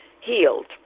healed